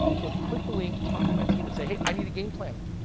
so, if you click the link, talk to my team and say, hey, i need a game plan.